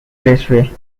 raceway